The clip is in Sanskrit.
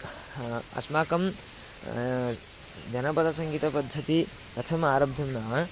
अस्माकं जनपदसङ्गीतपद्धति कथम् आरब्धं नाम